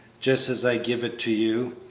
just as i give it to you?